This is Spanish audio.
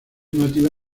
nativa